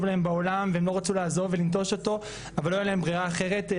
להם בעולם והם לא רצו לעזוב ולנטוש אותו אבל לא הייתה להם שום ברירה אחרת,